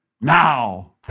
now